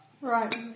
Right